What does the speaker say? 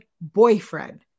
boyfriend